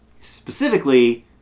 Specifically